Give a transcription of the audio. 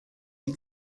die